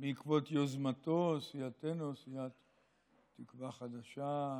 בעקבות יוזמתו, סיעתנו, סיעת תקווה חדשה,